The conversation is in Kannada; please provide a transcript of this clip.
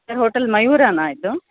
ಸರ್ ಹೋಟೆಲ್ ಮಯೂರನಾ ಇದು